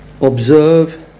observe